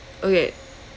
okay